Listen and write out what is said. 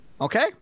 Okay